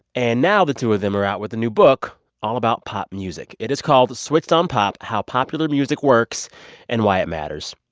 and now the two of them are out with a new book all about pop music. it is called switched on pop how popular music works and why it matters.